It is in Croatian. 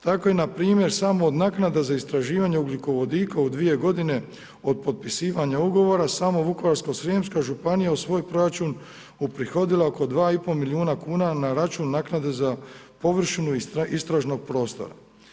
Tako je npr. samo od naknada za istraživanje ugljikovodika u dvije godine od potpisivanja ugovora, samo vukovarsko-srijemska županija u svoj proračun uprihodila oko 2 i pol milijuna kuna na račun naknade za površinu istražnog prostora.